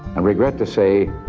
i regret to say,